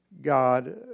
God